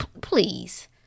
Please